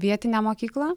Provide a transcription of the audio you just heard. vietinę mokyklą